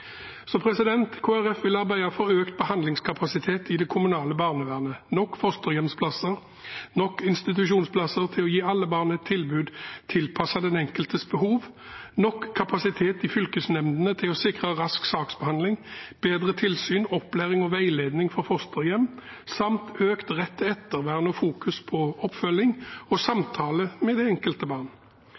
vil arbeide for økt behandlingskapasitet i det kommunale barnevernet, nok fosterhjemsplasser, nok institusjonsplasser til å gi alle barn et tilbud tilpasset den enkeltes behov, nok kapasitet i fylkesnemndene til å sikre rask saksbehandling, bedre tilsyn, opplæring og veiledning for fosterhjem, samt økt rett til ettervern og fokus på oppfølging og samtale med det enkelte barn.